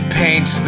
paint